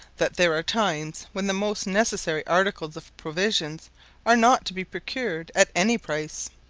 that there are times when the most necessary articles of provisions are not to be procured at any price.